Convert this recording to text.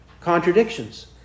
Contradictions